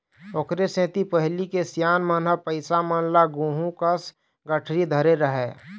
ओखरे सेती पहिली के सियान मन ह पइसा मन ल गुहूँ कस गठरी धरे रहय